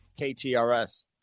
KTRS